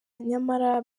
nyamara